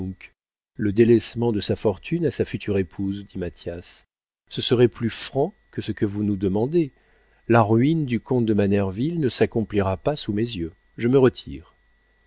le délaissement de sa fortune à sa future épouse dit mathias ce serait plus franc que ce que vous nous demandez la ruine du comte de manerville ne s'accomplira pas sous mes yeux je me retire